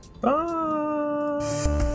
Bye